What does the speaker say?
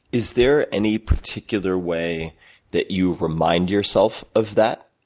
is there any particular way that you remind yourself of that,